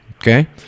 Okay